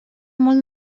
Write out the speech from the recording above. molt